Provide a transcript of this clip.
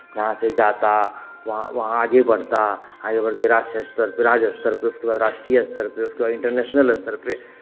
यहाँ से जाता वहाँ वहाँ आगे बढ़ता आगे बढ़ के राष्ट्र स्तर पे राज्य स्तर पे उसके बाद राष्ट्रीय स्तर पे उसके बाद इंटरनेशनल स्तर पे